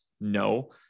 No